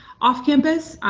off campus,